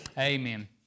Amen